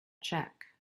check